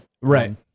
Right